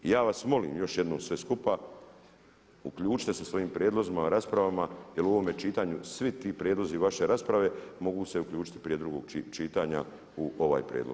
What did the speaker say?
I ja vas molim još jednom sve skupa, uključite se svojim prijedlozima, raspravama jer u ovome čitanju svi ti prijedlozi vaše rasprave mogu se uključiti prije drugog čitanja u ovaj prijedlog.